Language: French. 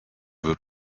veux